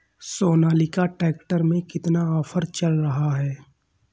Sonalika tractor में कितना offer चल रहा है?